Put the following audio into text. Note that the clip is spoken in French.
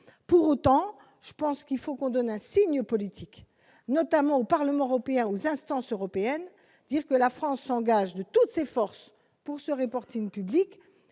pour autant, je pense qu'il faut qu'on donne un signe politique, notamment au Parlement européen aux instances européennes, dire que la France engage de toutes ses forces pour ce reporting public